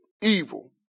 evil